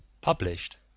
Published